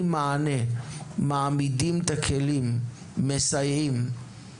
מענה"; "מעמידים את הכלים"; "מסייעים".